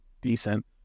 decent